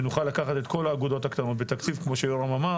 שנוכל לקחת את כל האגודות הקטנות בתקציב כמו שיורם אמר